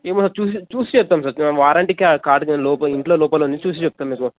ఏమో నా చూసి చూసి చెప్తాం సార్ వారంటీ కా కార్డు లోపల ఇంట్లో లోపల ఉంది చూసి చెప్తాం మీకూ